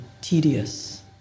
tedious